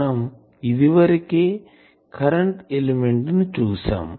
మనం ఇదివరకే current element ని చూసాం